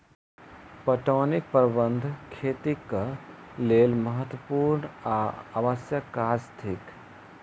पटौनीक प्रबंध खेतीक लेल महत्त्वपूर्ण आ आवश्यक काज थिक